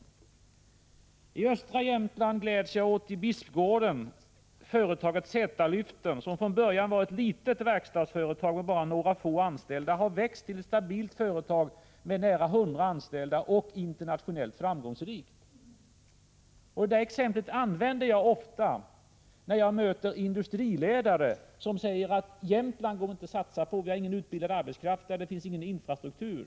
utvecklingen i Norrlands När det gäller östra Jämtland gläds jag åt företaget Zäta-Lyften Produktion AB i Bispgården, vilket från början var ett litet verkstadsföretag med några få anställda men som nu har växt till ett stabilt företag med nära 100 anställda. Det är också internationellt framgångsrikt. Det här exemplet använder jag ofta när jag möter industriledare, som säger att det inte går att satsa på Jämtland, därför att det inte skulle finnas någon utbildad arbetskraft och infrastruktur.